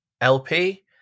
LP